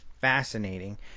fascinating